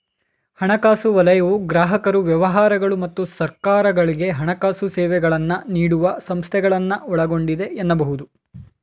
ಹಣಕಾಸು ವಲಯವು ಗ್ರಾಹಕರು ವ್ಯವಹಾರಗಳು ಮತ್ತು ಸರ್ಕಾರಗಳ್ಗೆ ಹಣಕಾಸು ಸೇವೆಗಳನ್ನ ನೀಡುವ ಸಂಸ್ಥೆಗಳನ್ನ ಒಳಗೊಂಡಿದೆ ಎನ್ನಬಹುದು